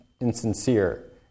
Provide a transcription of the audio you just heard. insincere